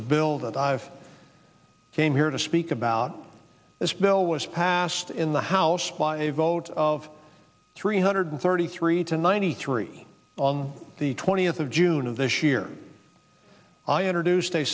the bill that i have came here to speak about this bill was passed in the house by a vote of three hundred thirty three to ninety three on the twentieth of june of this year i introduce